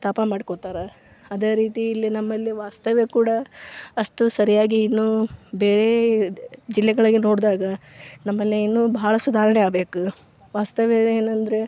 ತಾಪ ಮಾಡ್ಕೋತಾರೆ ಅದೇ ರೀತಿ ಇಲ್ಲಿ ನಮ್ಮಲ್ಲಿ ವಾಸ್ತವ್ಯ ಕೂಡ ಅಷ್ಟು ಸರಿಯಾಗಿ ಇನ್ನು ಬೇರೆ ಜಿಲ್ಲೆಗಳಿಗೆ ನೋಡಿದಾಗ ನಮ್ಮಲ್ಲಿ ಇನ್ನು ಬಹಳ ಸುಧಾರಣೆ ಆಗಬೇಕು ವಾಸ್ತವ್ಯ ಏನಂದರೆ